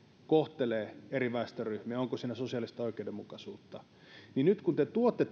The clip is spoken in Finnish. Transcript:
kohtelee eri väestöryhmiä ja onko siinä sosiaalista oikeudenmukaisuutta mutta nyt kun te tuotte